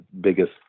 biggest